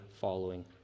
following